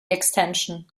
extension